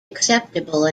acceptable